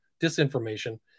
disinformation